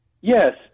Yes